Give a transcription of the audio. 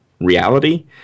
reality